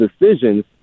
decisions